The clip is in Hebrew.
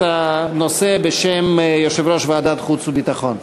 הנושא בשם יושב-ראש ועדת החוץ והביטחון.